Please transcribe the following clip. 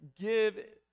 give